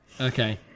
Okay